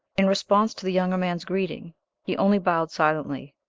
in response to the younger man's greeting he only bowed silently.